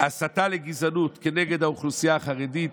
הסתה לגזענות כנגד האוכלוסייה החרדית